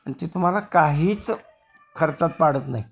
आणि ती तुम्हाला काहीच खर्चात पाडत नाही